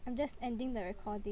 I'm just ending the recording